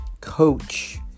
coach